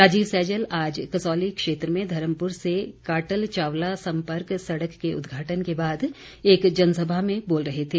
राजीव सैजल आज कसौली क्षेत्र में धर्मपुर से काटल चावला संपर्क सड़क के उद्घाटन के बाद एक जनसभा में बोल रहे थे